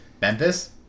Memphis